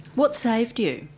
what saved you?